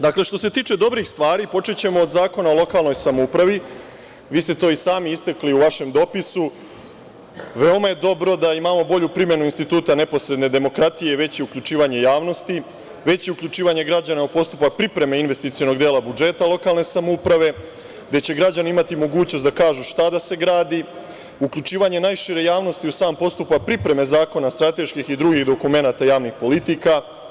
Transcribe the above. Dakle, što se tiče dobrih stvari počećemo od Zakona o lokalnoj samoupravi, vi ste to i sami istakli u vašem dopisu, veoma je dobro da imamo bolju primenu instituta neposredne demokratije veće uključivanje javnosti, veće uključivanje građana u postupak pripreme investicionog dela budžeta lokalne samouprave gde će građani imati mogućnost da kažu šta da se gradi, uključivanje najšire javnosti u sam postupak pripreme zakona strateških i drugih dokumenata javnih politika.